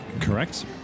Correct